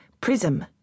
PRISM